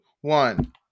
one